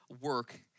work